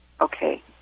Okay